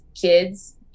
kids